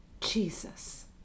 Jesus